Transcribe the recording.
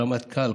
הרמטכ"ל,